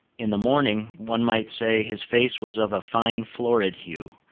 in the morning, one might say, his face was of a fine florid hue,